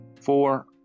Four